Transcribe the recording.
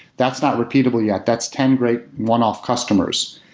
that's not repeatable yet. that's ten great one-off customers.